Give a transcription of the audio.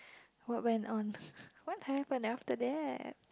what went on want have and after that